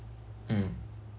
mm